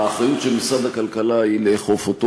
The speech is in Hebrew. האחריות של משרד הכלכלה היא לאכוף אותו.